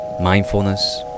mindfulness